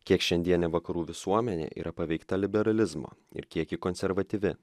kiek šiandienė vakarų visuomenė yra paveikta liberalizmo ir kiek ji konservatyvi